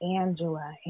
Angela